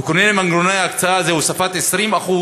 תיקון מנגנוני ההקצאה זה הוספת 20%